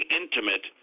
intimate